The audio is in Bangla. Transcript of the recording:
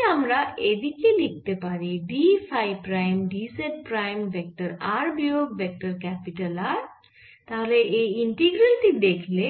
তাহলে আমরা এদিকে লিখতে পারি d phi prime d z prime vector r বিয়োগ ভেক্টর ক্যাপিটাল Rতাহলে এই ইন্টিগ্রাল টি দেখলে